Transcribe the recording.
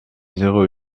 zéro